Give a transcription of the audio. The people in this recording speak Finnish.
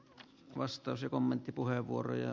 hyvät edustajat